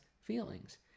feelings